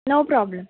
no problem